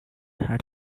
had